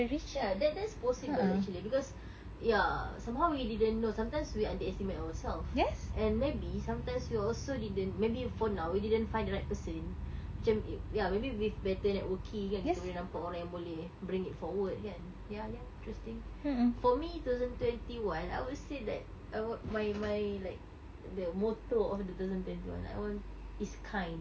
ya that that's possible actually because ya somehow we didn't know sometimes we underestimate ourselves and maybe sometimes we also didn't maybe for now we didn't find the right person macam it ya maybe with better networking kita boleh nampak orang yang boleh bring it forward kan ya ya interesting for me two thousand twenty one I would say that I would my my like the motto of two thousand twenty one I want is kind